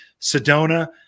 Sedona